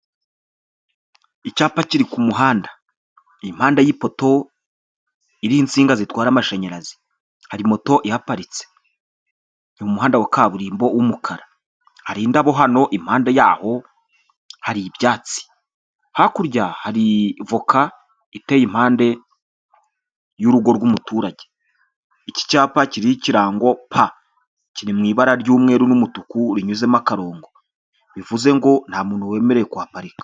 Umuhanda w'umukara aho uganisha ku bitaro byitwa Sehashiyibe, biri mu karere ka Huye, aho hahagaze umuntu uhagarika imodoka kugirango babanze basuzume icyo uje uhakora, hakaba hari imodoka nyinshi ziparitse.